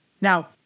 Now